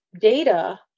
data